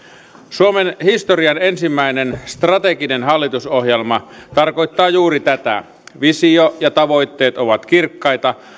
suomen historian ensimmäinen strateginen hallitusohjelma tarkoittaa juuri tätä visio ja tavoitteet ovat kirkkaita